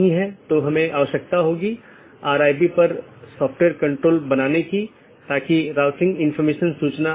कैसे यह एक विशेष नेटवर्क से एक पैकेट भेजने में मदद करता है विशेष रूप से एक ऑटॉनमस सिस्टम से दूसरे ऑटॉनमस सिस्टम में